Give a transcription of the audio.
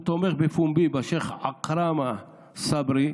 הוא תומך בפומבי בשייח' עכרמה צברי,